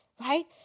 right